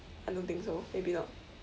I don't think so maybe not